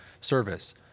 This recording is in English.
service